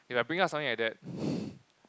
if I bring up something like that